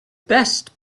best